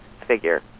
figure